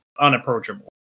unapproachable